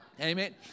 Amen